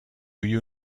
you